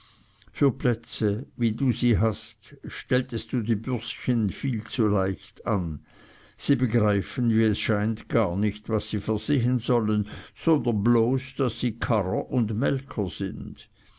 für plätze wie du sie hast stelltest du die bürschchen viel zu leicht an sie begreifen wie es scheint gar nicht was sie versehen sollen sondern bloß daß sie karrer und melker sind